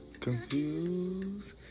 Confused